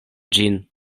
ĝin